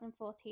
2014